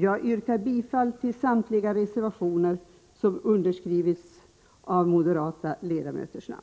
Jag yrkar bifall till samtliga reservationer där moderata ledamöters namn